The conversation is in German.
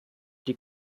die